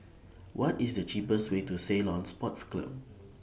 What IS The cheapest Way to Ceylon Sports Club